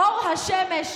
אופוזיציה.